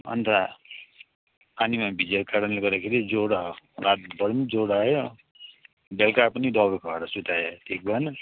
अनि त पानीमा भिजेको कारणले गर्दाखेरि ज्वरो रातभरि पनि ज्वरो आयो बेलुका पनि दबाई खुवाएर सुताएँ ठिक भएन